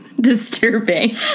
disturbing